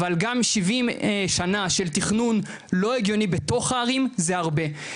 אבל גם 70 שנה של תכנון לא הגיוני בתוך הערים זה הרבה.